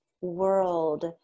world